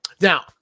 Now